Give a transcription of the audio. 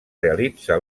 realitza